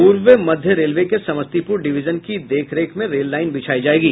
पूर्व मध्य रेलवे के समस्तीपुर डिविजन की देखरेख में रेल लाइन बिछायी जायेगी